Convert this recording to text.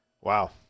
Wow